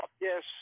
Yes